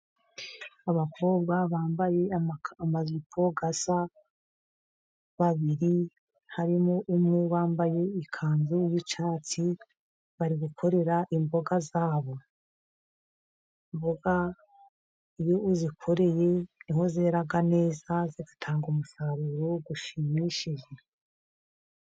Abakobwa bambaye amajipo asa babiri, harimo umwe wambaye ikanzu y’icyatsi bari gukorera imboga zabo, imboga iyo uzikoreye nibwo zera neza zigatanga umusaruro ushimishije.